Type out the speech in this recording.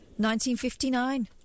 1959